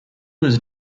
was